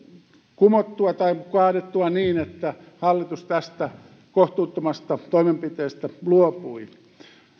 kumottua tai kaadettua niin että hallitus tästä kohtuuttomasta toimenpiteestä luopui